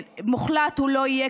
מוחלט הוא לא יהיה,